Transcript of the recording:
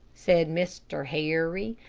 said mr. harry,